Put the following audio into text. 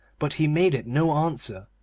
but he made it no answer,